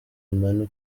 money